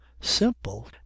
Simple